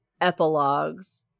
epilogues